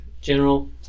general